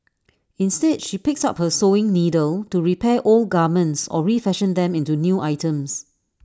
instead she picks up her sewing needle to repair old garments or refashion them into new items